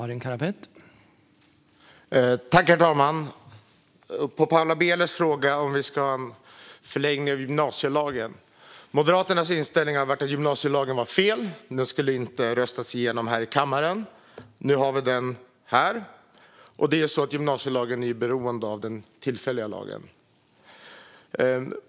Herr talman! När det gäller Paula Bielers fråga om vi ska ha en förlängning av gymnasielagen har Moderaternas inställning varit att gymnasielagen var fel och inte skulle ha röstats igenom här i kammaren. Nu har vi den här, och gymnasielagen är beroende av den tillfälliga lagen.